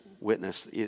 witness